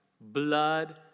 Blood